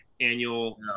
annual